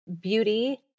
beauty